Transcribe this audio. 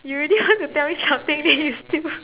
you already want to tell me something then you still